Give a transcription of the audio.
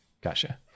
Gotcha